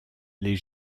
les